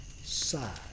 side